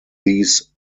these